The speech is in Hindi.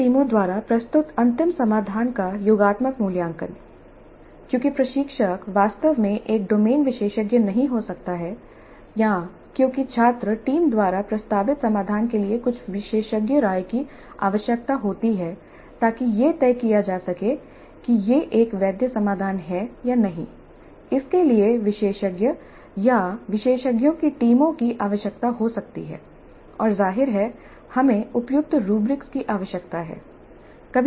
छात्र टीमों द्वारा प्रस्तुत अंतिम समाधान का योगात्मक मूल्यांकन क्योंकि प्रशिक्षक वास्तव में एक डोमेन विशेषज्ञ नहीं हो सकता है या क्योंकि छात्र टीम द्वारा प्रस्तावित समाधान के लिए कुछ विशेषज्ञ राय की आवश्यकता होती है ताकि यह तय किया जा सके कि यह एक वैध समाधान है या नहीं इसके लिए विशेषज्ञ या विशेषज्ञों की टीमों की आवश्यकता हो सकती है और जाहिर है हमें उपयुक्त रूब्रिक की आवश्यकता है